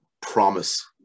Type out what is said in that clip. promise